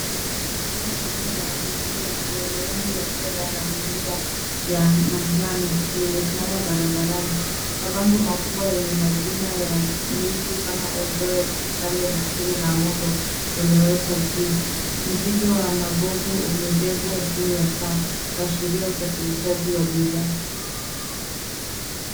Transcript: Gari ndogo la abiria lenye rangi ya fedha na milia ya manjano, limesimama barabarani. Mabango makubwa yenye majina ya miji kama Eldoret, Kitale, Nakuru na Molo yamewekwa juu. Mizigo ya magogo imebebwa juu ya paa; kuashiria usafirishaji wa bidhaa.